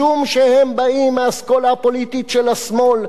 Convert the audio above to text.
משום שהם באים מהאסכולה הפוליטית של השמאל,